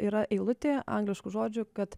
yra eilutė angliškų žodžių kad